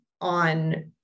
on